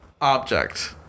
object